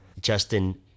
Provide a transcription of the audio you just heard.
Justin